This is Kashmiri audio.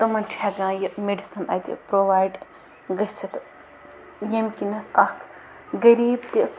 تِمن چھِ ہٮ۪کان یہِ میٚڈِسَن اَتہِ پرٛووایڈ گٔژھِتھ ییٚمہِ کِنٮ۪تھ اَکھ غریٖب تہِ